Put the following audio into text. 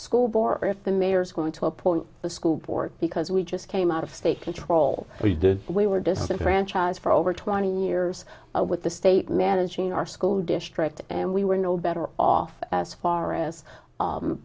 school board or if the mayor's going to appoint a school board because we just came out of state control we were disenfranchised for over twenty years with the state managing our school district and we were no better off as far as